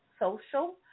Social